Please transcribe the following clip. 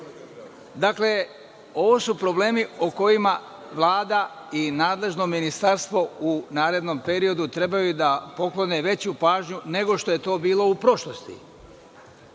Krasić? Dakle, ovo su problemi o kojima Vlada i nadležno Ministarstvo u narednom periodu trebaju da poklone veću pažnju nego što je to bilo u prošlosti.